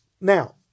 now